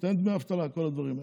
היא נותנת דמי אבטלה וכל הדברים האלה.